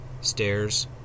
Stairs